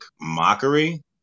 mockery